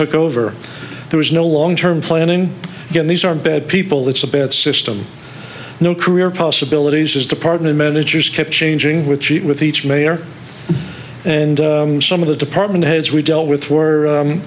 took over there was no long term planning again these are bad people it's a bad system no career possibilities as department managers keep changing with cheat with each mayor and some of the department heads we dealt with were u